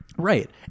Right